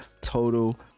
total